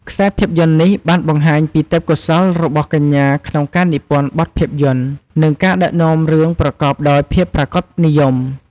ខ្សែភាពយន្តនេះបានបង្ហាញពីទេពកោសល្យរបស់កញ្ញាក្នុងការនិពន្ធបទភាពយន្ត និងការដឹកនាំរឿងប្រកបដោយភាពប្រាកដនិយម។